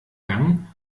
gang